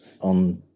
on